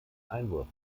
einwurf